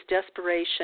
desperation